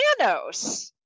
Thanos